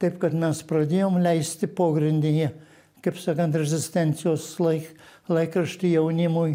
taip kad mes pradėjom leisti pogrindinį kaip sakant rezistencijos laik laikraštį jaunimui